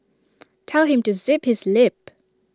tell him to zip his lip